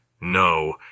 No